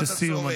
לסיום,